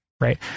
right